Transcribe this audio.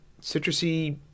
citrusy